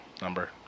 number